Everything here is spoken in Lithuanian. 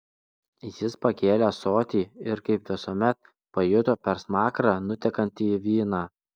jis pakėlė ąsotį ir kaip visuomet pajuto per smakrą nutekantį vyną